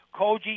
Koji